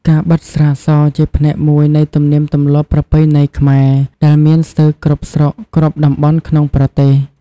ការបិតស្រាស ជាផ្នែកមួយនៃទំនៀមទំលាប់ប្រពៃណីខ្មែរ ដែលមានស្ទើរគ្រប់ស្រុកគ្រប់តំបន់ក្នុងប្រទេស។